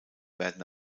werden